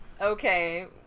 Okay